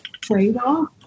trade-off